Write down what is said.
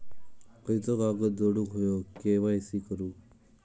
खयचो कागद जोडुक होयो के.वाय.सी करूक?